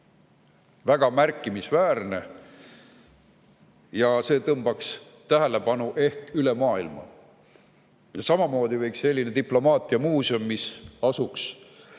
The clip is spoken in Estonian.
väga märkimisväärne ja see tõmbaks tähelepanu ehk üle maailma. Samamoodi võiks selline diplomaatia muuseum, mis asuks